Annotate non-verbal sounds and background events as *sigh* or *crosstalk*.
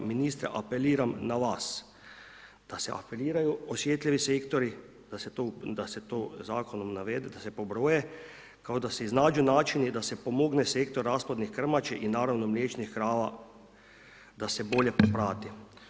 Ministre, apeliram na vas da se ... *unintelligible* osjetljivi sektori, da se to zakonom navede, da se pobroje, da se iznađu načini da se pomogne sektor rasplodnih krmači i naravno mliječnih krava da se bolje poprati.